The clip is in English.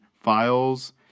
files